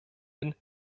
den